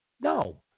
No